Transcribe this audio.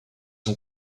ont